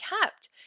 kept